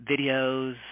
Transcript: videos